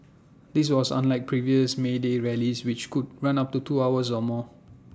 this was unlike previous may day rallies which could run up to two hours or more